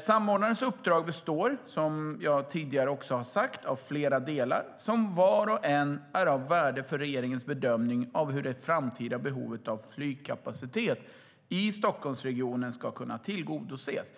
Samordnarens uppdrag består som jag tidigare har sagt av flera delar, som var och en är av värde för regeringens bedömning av hur det framtida behovet av flygkapacitet i Stockholmsregionen ska kunna tillgodoses.